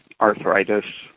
arthritis